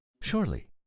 surely